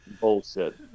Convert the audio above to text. bullshit